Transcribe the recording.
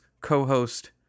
co-host